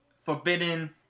forbidden